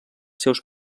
seus